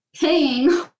paying